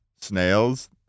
snails